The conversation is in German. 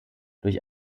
durch